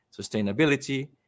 sustainability